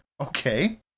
Okay